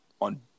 on